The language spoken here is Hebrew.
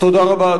תודה רבה.